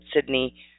Sydney